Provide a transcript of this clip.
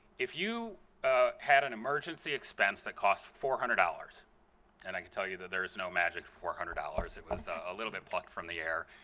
if you ah had an emergency expense that cost four hundred dollars and i can tell you that there is no magic four hundred dollars. it was a little bit plucked from the air.